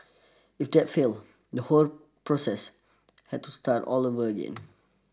if that failed the whole process had to start all over again